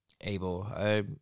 able